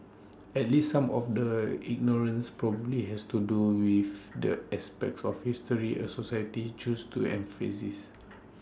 at least some of the ignorance probably has to do with the aspects of history A society chooses to emphasise